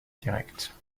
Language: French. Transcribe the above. directe